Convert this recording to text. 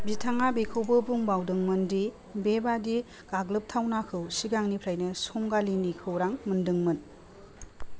बिथाङा बेखौबो बुंबावदोंमोनदि बे बायदि गाग्लोबथावनाखौ सिगांनिफ्रायनो संगालिनि खौरां मोन्दोंमोन